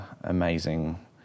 amazing